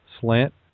slant